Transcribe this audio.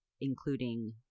including